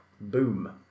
Boom